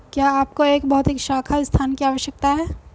क्या आपको एक भौतिक शाखा स्थान की आवश्यकता है?